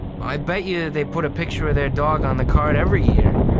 i bet you they put a picture of their dog on the card every year,